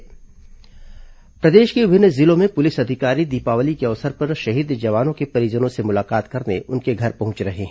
शहीद जवान परिजन मुलाकात प्रदेश के विभिन्न जिलों में पुलिस अधिकारी दीपावली के अवसर पर शहीद जवानों के परिजनों से मुलाकात करने उनके घर पहुंच रहे हैं